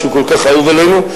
שהוא כל כך אהוב עלינו.